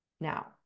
Now